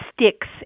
sticks